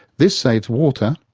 this saves water,